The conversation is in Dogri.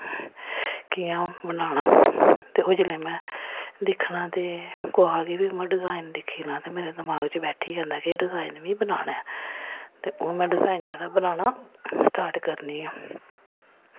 कि'यां बनाना ते ओह् जिल्लै में दिक्खना ते कुसै गी बी उ'आं डिजाइन दिक्खी लैं ते मेरे दमाका च बैठी जंदा के एह् डिजाइन में बनाना ऐ ते ओह् में डिजाइन जेह्ड़ा बनाना स्टार्ट करनी आं